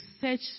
search